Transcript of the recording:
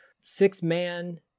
Six-Man